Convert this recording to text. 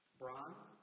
bronze